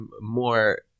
More